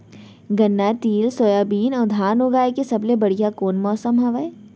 गन्ना, तिल, सोयाबीन अऊ धान उगाए के सबले बढ़िया कोन मौसम हवये?